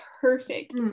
perfect